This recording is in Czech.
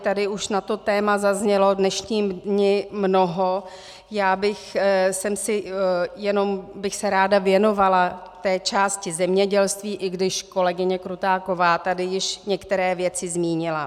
Tady už na to téma zaznělo v dnešním dni mnoho, já bych se jenom ráda věnovala té části zemědělství, i když kolegyně Krutáková tady již některé věci zmínila.